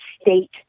state